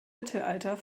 mittelalter